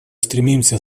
стремимся